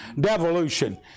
Devolution